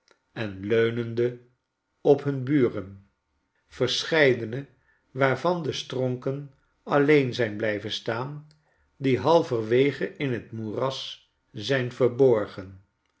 en leunende op hun buren verscheidene waarvan de stronken alleen zijn blij ven staan die halverwege in t moeras zyn verborgen